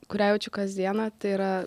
kurią jaučiu kasdieną tai yra